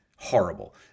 horrible